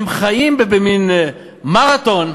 הם חיים במין מרתון,